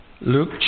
Luke